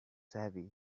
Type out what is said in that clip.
heavy